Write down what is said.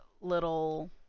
little